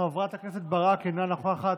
חברת הכנסת ברק אינה נוכחת,